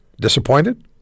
disappointed